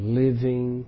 living